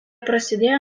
prasidėjo